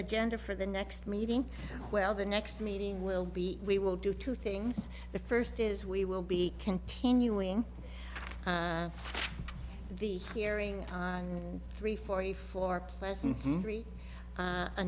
agenda for the next meeting well the next meeting will be we will do two things the first is we will be continuing the hearing on three forty four pleasant